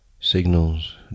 signals